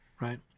right